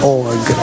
org